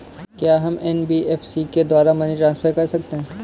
क्या हम एन.बी.एफ.सी के द्वारा मनी ट्रांसफर कर सकते हैं?